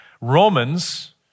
Romans